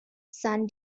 san